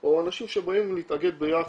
או אנשים שבאים להתאגד ביחד,